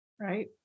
right